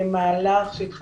מה הפילוח?